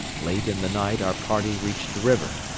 late in the night our party reached the river.